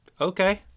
okay